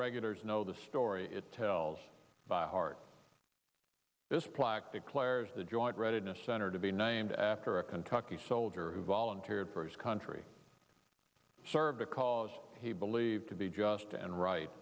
regulars know the story it tells by heart this plaque declares the joint readiness center to be named after a kentucky soldier who volunteered for his country serve a cause he believed to be just and ri